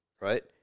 right